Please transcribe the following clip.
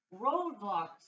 roadblocks